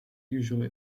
usually